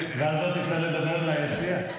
ואז לא תצטרך לדבר מהיציע?